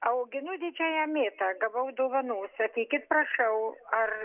auginu didžiąją mėtą gavau dovanų sakykit prašau ar